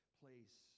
place